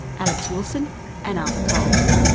alex wilson and arthur coles.